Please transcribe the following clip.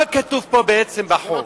מה כתוב בעצם בחוק?